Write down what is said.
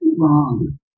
wrong